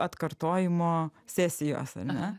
atkartojimo sesijos ar ne